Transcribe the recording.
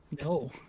No